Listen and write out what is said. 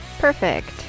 Perfect